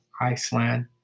Iceland